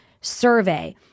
survey